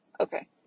Okay